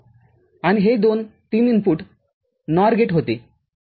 आणि हे दोन ३ इनपुट NOR गेट होते